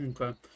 Okay